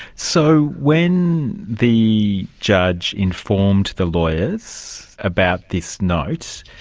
so when the judge informed the lawyers about this note,